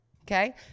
okay